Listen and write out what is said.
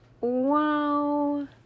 wow